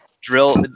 drill